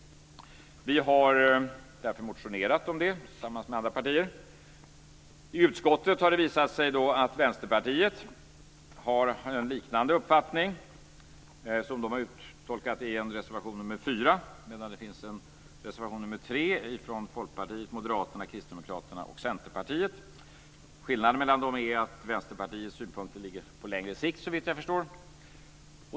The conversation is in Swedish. Vi har därför motionerat om det tillsammans med andra partier. I utskottet har det visat sig att Vänsterpartiet har en liknande uppfattning, som man har uttryckt i en reservation nr 4. Det finns en reservation nr 3 från Folkpartiet, Moderaterna, Kristdemokraterna och Centerpartiet. Skillnaderna mellan dem är att Vänsterpartiets synpunkter gäller på längre sikt, såvitt jag förstår.